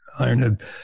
ironhead